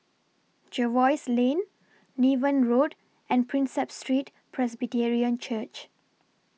Jervois Lane Niven Road and Prinsep Street Presbyterian Church